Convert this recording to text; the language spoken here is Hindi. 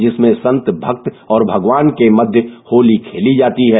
जिसमें संत भक्त और भगवान के मध्य होती खेली जाती है